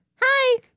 Hi